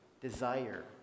desire